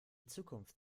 zukunft